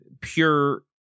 pure